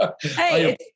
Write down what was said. Hey